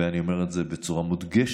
ואני אומר את זה בצורה מודגשת,